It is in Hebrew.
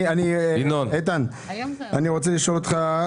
אני רוצה לשאול את איתן.